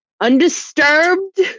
undisturbed